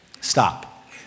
Stop